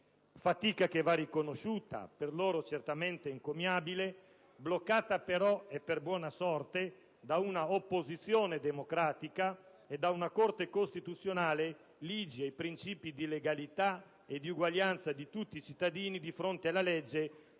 Fatica che va riconosciuta, per loro certamente encomiabile, bloccata però, e per buona sorte, da una opposizione democratica e da una Corte costituzionale ligie ai principi di legalità e di uguaglianza di tutti i cittadini di fronte alla legge,